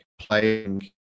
playing